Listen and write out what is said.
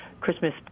Christmas